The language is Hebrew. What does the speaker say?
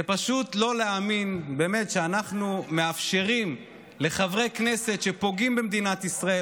זה פשוט לא להאמין שאנחנו מאפשרים לחברי כנסת שפוגעים במדינת ישראל,